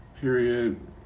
Period